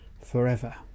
forever